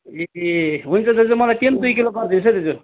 ए हुन्छ दाजु मलाई त्यो पनि दुई किलो गरिदिनुहोसै दाजु